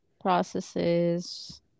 processes